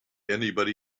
anybody